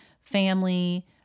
family